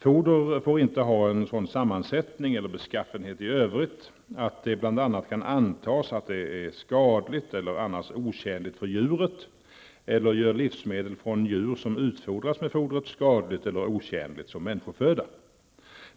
Foder får inte ha en sådan sammansättning eller beskaffenhet i övrigt att det bl.a. kan antas att det är skadligt eller annars otjänligt för djuret eller gör livsmedel från djur som utfodrats med fodret skadligt eller otjänligt som människoföda.